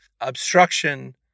obstruction